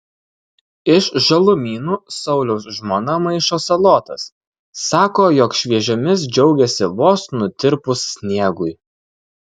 iš žalumynų sauliaus žmona maišo salotas sako jog šviežiomis džiaugiasi vos nutirpus sniegui